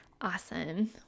Awesome